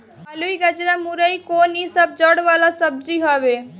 अलुई, गजरा, मूरइ कोन इ सब जड़ वाला सब्जी हवे